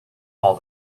all